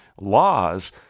laws